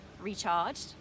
recharged